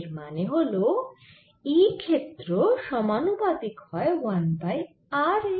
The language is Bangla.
এর মানে হল E ক্ষেত্র সমানুপাতিক হয় 1 বাই r এর